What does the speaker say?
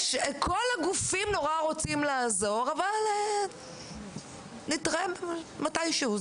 כל הגופים רוצים מאוד לעזור, אבל נתראה מתישהו.